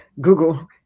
google